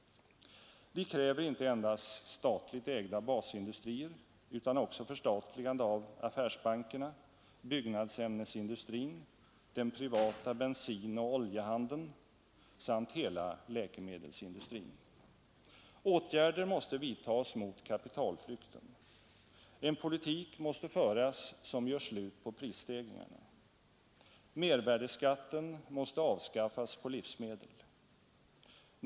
Vi kräver inte endast statligt ägda basindustrier utan också förstatligande av affärsbankerna, byggnadsämnesindustrin, den privata bensinoch oljehandeln samt hela läkemedelsindustrin. Åtgärder måste vidtas mot kapitalflykten. En politik måste föras som gör slut på prisstegringarna. Mervärdeskatten måste avskaffas på livsmedel.